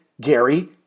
Gary